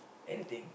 anything